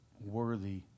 worthy